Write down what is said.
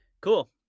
cool